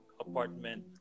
apartment